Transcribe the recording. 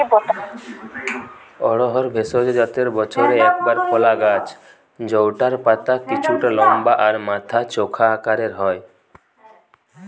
অড়হর ভেষজ জাতের বছরে একবার ফলা গাছ জউটার পাতা কিছুটা লম্বা আর মাথা চোখা আকারের হয়